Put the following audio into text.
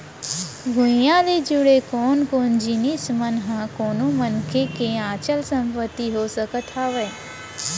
भूइयां ले जुड़े कोन कोन जिनिस मन ह कोनो मनसे के अचल संपत्ति हो सकत हवय?